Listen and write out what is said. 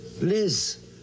Liz